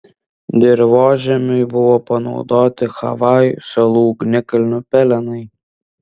dirvožemiui buvo panaudoti havajų salų ugnikalnių pelenai